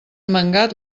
mangat